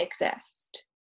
exist